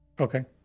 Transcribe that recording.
okay